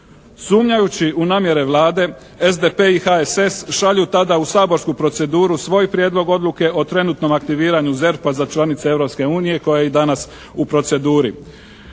Sumnjajući u namjere Vlade SDP i HSS šalju tada u saborsku proceduru svoj prijedlog odluke o trenutnom aktiviranju ZERP-a za članice Europske unije koja je i danas u proceduri.